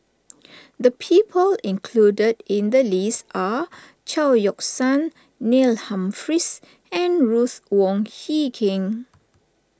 the people included in the list are Chao Yoke San Neil Humphreys and Ruth Wong Hie King